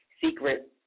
secret